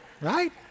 right